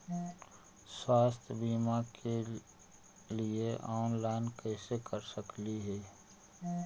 स्वास्थ्य बीमा के लिए ऑनलाइन कैसे कर सकली ही?